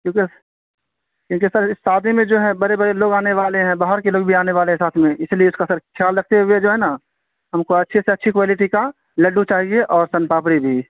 کیوںکہ کیوںکہ سر اس شادی میں جو ہے بڑے بڑے لوگ آنے والے ہیں باہر کے لوگ بھی آنے والے ہیں ساتھ میں اس لیے اس کا سر خیال رکھتے ہوئے جو ہے نا ہم کو اچھی سے اچھی کوالٹی کا لڈو چاہیے اور سون پاپڑی بھی